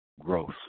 growth